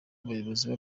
ubuyobozi